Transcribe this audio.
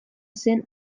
zen